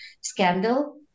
scandal